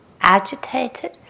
agitated